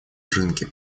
рынки